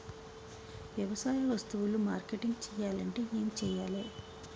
వ్యవసాయ వస్తువులు మార్కెటింగ్ చెయ్యాలంటే ఏం చెయ్యాలే?